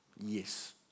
yes